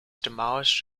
demolished